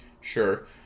Sure